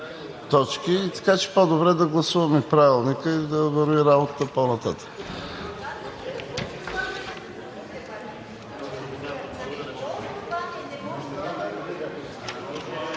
Така че по-добре да гласуваме Правилника и да върви работата по-нататък.